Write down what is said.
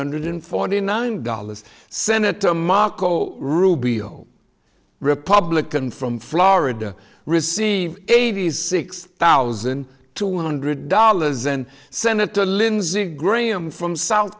hundred forty nine dollars senator marco rubio republican from florida received eighty six thousand two hundred dollars and senator lindsey graham from south